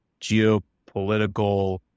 geopolitical